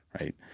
Right